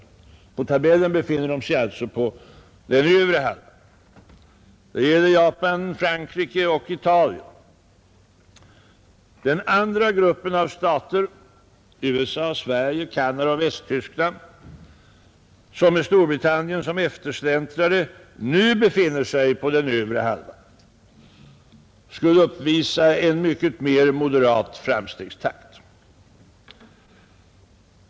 På tabellen befinner de sig på den övre halvan, eftersom den utgår från den antagna tillväxttakten per invånare fram till 1980. Det gäller Japan, Frankrike och Italien. Den andra gruppen av stater — USA, Sverige, Canada och Västtyskland, som — med Storbritannien som eftersläntrare — nu befinner sig på den övre halvan skulle uppvisa en mycket mer moderat framstegstakt.